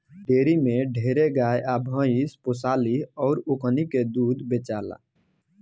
dairy में ढेरे गाय आ भइस पोसाली अउर ओकनी के दूध बेचाला